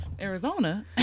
Arizona